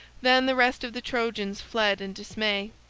then the rest of the trojans fled in dismay.